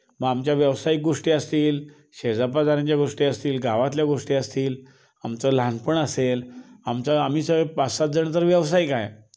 मग आमच्या व्यावसायिक गोष्टी असतील शेजापाजारांच्या गोष्टी असतील गावातल्या गोष्टी असतील आमचं लहानपण असेल आमचं आम्ही सगळे पाच सात जणं तर व्यावसायिक आहे